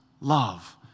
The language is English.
love